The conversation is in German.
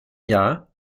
jahr